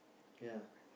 ya